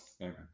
Amen